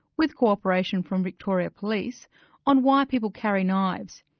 with cooperation from victoria police on why people carry knives.